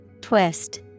Twist